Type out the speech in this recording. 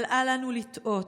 אבל אל לנו לטעות,